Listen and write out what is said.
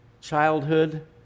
childhood